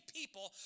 people